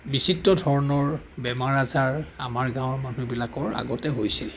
বিচিত্ৰ ধৰণৰ বেমাৰ আজাৰ আমাৰ গাঁৱৰ মানুহবিলাকৰ আগতে হৈছিল